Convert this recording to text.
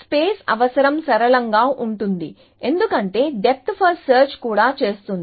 space అవసరం సరళంగా ఉంటుంది ఎందుకంటే డెప్త్ ఫస్ట్ సెర్చ్ కూడా చేస్తుంది